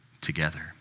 together